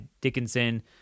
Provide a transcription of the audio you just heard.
Dickinson